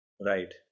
Right